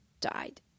died